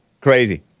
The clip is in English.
Crazy